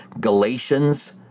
Galatians